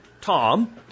Tom